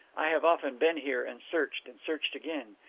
i have often been here, and searched, and searched again.